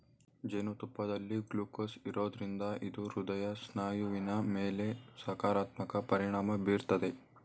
ಜೇನುತುಪ್ಪದಲ್ಲಿ ಗ್ಲೂಕೋಸ್ ಇರೋದ್ರಿಂದ ಇದು ಹೃದಯ ಸ್ನಾಯುವಿನ ಮೇಲೆ ಸಕಾರಾತ್ಮಕ ಪರಿಣಾಮ ಬೀರ್ತದೆ